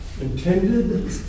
intended